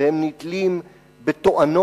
והם נתלים בתואנות